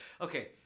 Okay